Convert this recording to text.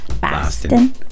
Boston